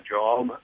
job